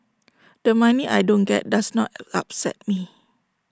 the money I don't get does not upset me